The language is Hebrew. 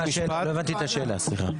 לא הבנתי את השאלה, סליחה.